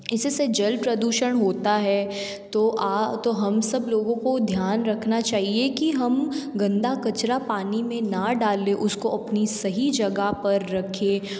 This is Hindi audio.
इसी से जल प्रदूषण होता है तो तो हम सब लोगों को ध्यान रखना चाहिए कि हम गंदा कचरा पानी में ना डालें उस को अपनी सही जगह पर रखें